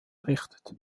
errichtet